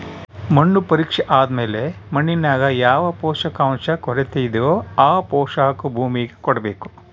ಮಣ್ಣು ಪರೀಕ್ಷೆ ಆದ್ಮೇಲೆ ಮಣ್ಣಿನಾಗ ಯಾವ ಪೋಷಕಾಂಶ ಕೊರತೆಯಿದೋ ಆ ಪೋಷಾಕು ಭೂಮಿಗೆ ಕೊಡ್ಬೇಕು